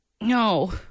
No